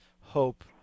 hope